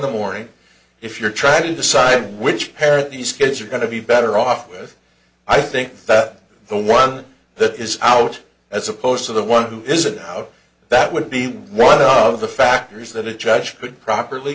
the morning if you're trying to decide which parent these kids are going to be better off with i think that the one that is out as opposed to the one who isn't out that would be one of the factors that a judge could properly